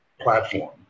platform